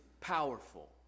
powerful